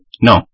No